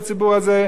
לא מקבל.